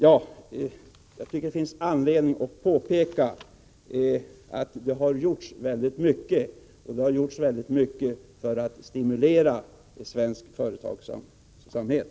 Jag tycker att det finns anledning att påpeka att det har gjorts väldigt mycket för att stimulera svensk företagsamhet.